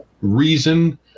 reason